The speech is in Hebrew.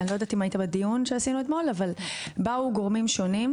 אל הדיון אתמול באו גורמים שונים,